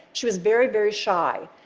she was very, very shy.